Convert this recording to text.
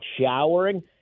showering